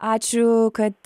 ačiū kad